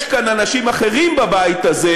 יש כאן אנשים אחרים בבית הזה